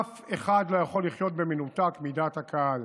אף אחד לא יכול לחיות במנותק מדעת הקהל.